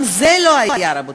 גם זה לא היה, רבותי,